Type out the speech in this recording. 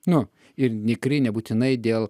nu ir nikri nebūtinai dėl